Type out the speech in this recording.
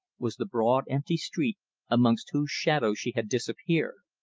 was the broad empty street amongst whose shadows she had disappeared.